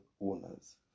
owners